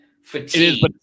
fatigue